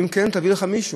ואם כן, תביא לך מישהו.